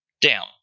down